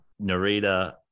Narita